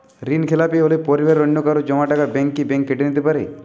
ঋণখেলাপি হলে পরিবারের অন্যকারো জমা টাকা ব্যাঙ্ক কি ব্যাঙ্ক কেটে নিতে পারে?